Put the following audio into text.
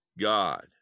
God